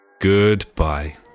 goodbye